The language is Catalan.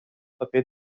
paper